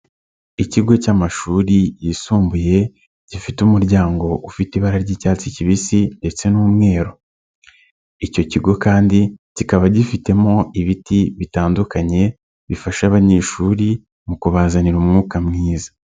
Ikigo cy'amashuri yisumbuye, gifite umuryango ufite ibara ry'icyatsi kibisi ndetse n'umweru, icyo kigo kandi kikaba gifitemo ibiti bitandukanye, bifasha abanyeshuri mu kubazanira umwuka mwiza.